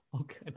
okay